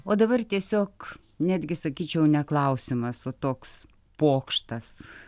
o dabar tiesiog netgi sakyčiau ne klausimas o toks pokštas